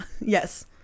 yes